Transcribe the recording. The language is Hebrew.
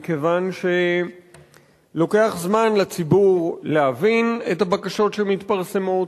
מכיוון שלוקח זמן לציבור להבין את הבקשות שמתפרסמות,